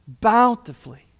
bountifully